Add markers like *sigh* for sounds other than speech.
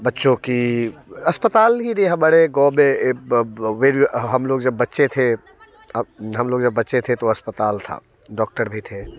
बच्चों की अस्पताल ही नहीं है हमारे गाँव में *unintelligible* हम लोग जब बच्चे थे अब हम लोग जब बच्चे थे तो अस्पताल था डॉक्टर भी थे